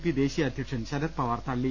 P ദേശീയ അധ്യക്ഷൻ ശരത് പവാർ തള്ളി